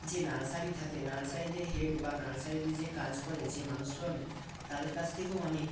যে নার্সারি থাকে নার্সারিদের হেড বা নার্সারিতে যে কাজ করে যে মানুষজন তাদের কাছ থেকেও আমি